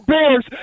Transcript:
Bears